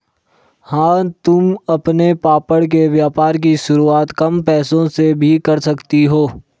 हाँ तुम अपने पापड़ के व्यापार की शुरुआत कम पैसों से भी कर सकती हो